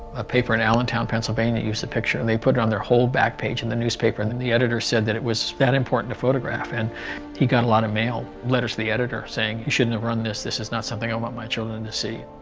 a paper in allentown pennsylvania used the picture they put it on their whole back page in the newspaper and then the editor said that it was that important to photograph and he got a lot of mail letters the editor saying he shouldn't have run this this is not something i want my children to see